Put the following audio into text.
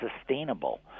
sustainable